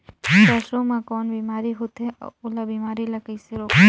सरसो मा कौन बीमारी होथे अउ ओला बीमारी ला कइसे रोकबो?